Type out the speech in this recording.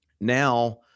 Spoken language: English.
now